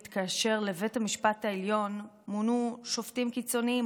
כאשר לבית המשפט העליון מונו שופטים קיצוניים.